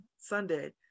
Sunday